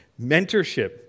Mentorship